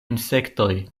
insektoj